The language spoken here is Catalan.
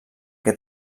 que